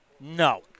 No